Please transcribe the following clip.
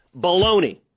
Baloney